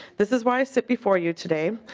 this is why i said before you today.